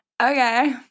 okay